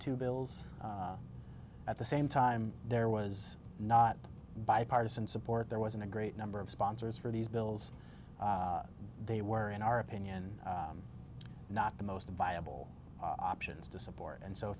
two bills at the same time there was not bipartisan support there wasn't a great number of sponsors for these bills they were in our opinion not the most viable options to support and so